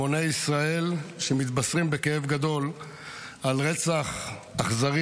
המוני ישראל שמתבשרים בכאב גדול על רצח אכזרי